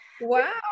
wow